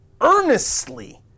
earnestly